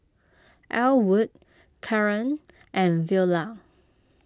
Elwood Karan and Viola